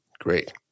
Great